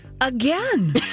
again